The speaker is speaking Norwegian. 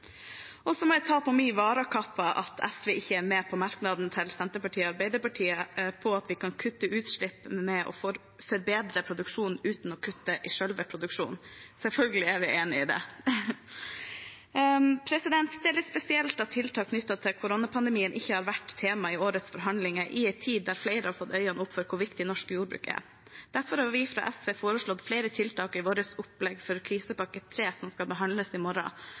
Så må jeg ta på min varakappe at SV ikke er med på merknaden til Senterpartiet og Arbeiderpartiet om at vi kan kutte utslipp ved å forbedre produksjonen, uten å kutte i selve produksjonen. Selvfølgelig er vi enig i det. Det er litt spesielt at tiltak knyttet til koronapandemien ikke har vært tema i årets forhandlinger i en tid der flere har fått øynene opp for hvor viktig norsk jordbruk er. Derfor har vi fra SV foreslått flere tiltak i vårt opplegg for krisepakke 3, som skal behandles i morgen.